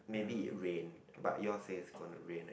maybe it rain but your says is gone to rain